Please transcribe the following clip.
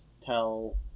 tell